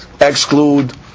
exclude